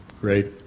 great